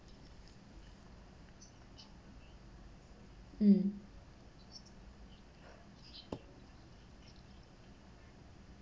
mm